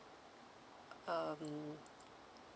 um